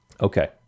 Okay